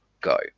go